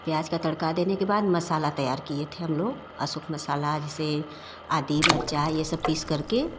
प्याज का तड़का देने के बाद मसाला तैयार किए थे हम लोग अशोक मसाला जैसे आदि मर्चा ये सब पीसकर के